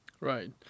Right